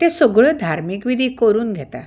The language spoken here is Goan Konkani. त्यो सगळ्यो धार्मिक विधी करून घेता